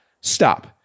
Stop